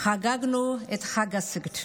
חגגנו את חג הסיגד.